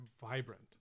vibrant